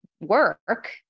work